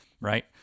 right